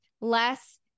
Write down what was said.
less